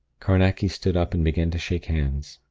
carnacki stood up and began to shake hands.